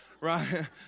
right